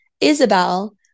Isabel